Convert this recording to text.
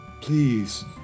please